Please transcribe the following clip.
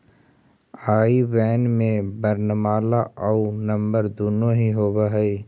आई बैन में वर्णमाला आउ नंबर दुनो ही होवऽ हइ